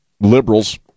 liberals